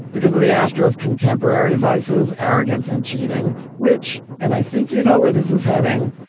because of the astros contemporary vices, arrogance and cheating, which and i think you know where this is heading.